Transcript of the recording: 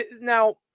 Now